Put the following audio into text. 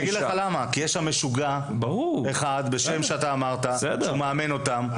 יש שם "משוגע" אחד בשם שאתה אמרת שהוא מאמן אותם.